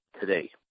today